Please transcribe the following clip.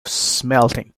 smelting